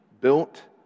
built